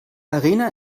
arena